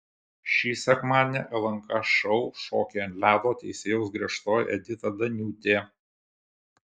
šį sekmadienį lnk šou šokiai ant ledo teisėjaus griežtoji edita daniūtė